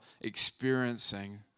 experiencing